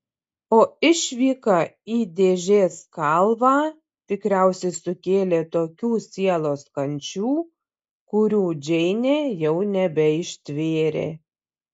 o išvyka į dėžės kalvą tikriausiai sukėlė tokių sielos kančių kurių džeinė jau nebeištvėrė